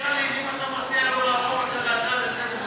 נראה לי שאם אתה מציע לו להפוך את זה להצעה לסדר-היום,